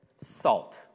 salt